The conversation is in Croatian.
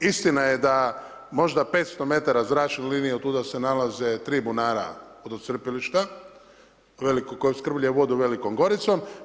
Istina je da možda 500 m zračne linije od tuda se nalaze 3 bunara vodocrpilišta, velikog, koji opskrbljuje vodu Velikom Goricom.